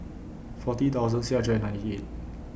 forty thousand six hundred and ninety eight